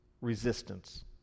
resistance